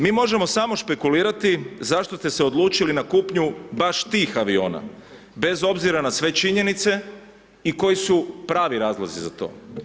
Mi možemo samo špekulirati zašto ste se odlučili na kupnju baš tih aviona bez obzira na sve činjenice i koji su pravi razlozi za to.